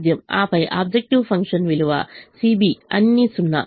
ఆపై objective function విలువ cb అన్నీ 0